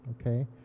okay